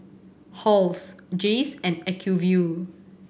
Halls Jays and Acuvue